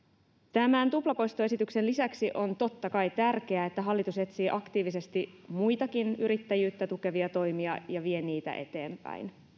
tämän tuplapoistoesityksen lisäksi on totta kai tärkeää että hallitus etsii aktiivisesti muitakin yrittäjyyttä tukevia toimia ja vie niitä eteenpäin